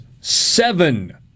seven